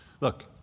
Look